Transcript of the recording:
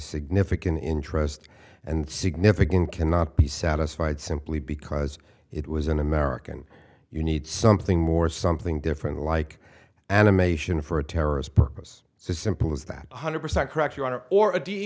significant interest and significant cannot be satisfied simply because it was an american you need something more something different like animation for a terrorist purpose so simple as that one hundred percent correct your honor or a do you